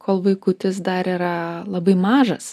kol vaikutis dar yra labai mažas